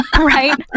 Right